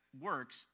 works